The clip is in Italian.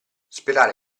sperare